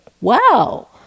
wow